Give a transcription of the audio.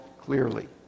clearly